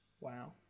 Wow